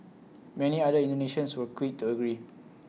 many other Indonesians were quick to agree